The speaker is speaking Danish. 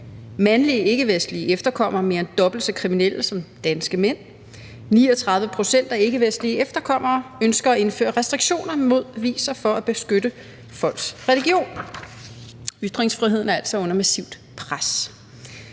Mandlige ikkevestlige efterkommere er mere end dobbelt så kriminelle som danske mænd. 39 pct. af ikkevestlige efterkommere ønsker at indføre restriktioner for aviser for at beskytte folks religion. Ytringsfriheden er altså under massivt pres.